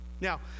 Now